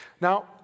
Now